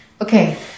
Okay